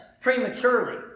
prematurely